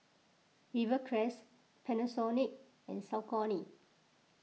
Rivercrest Panasonic and Saucony